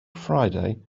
friday